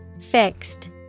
Fixed